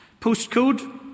postcode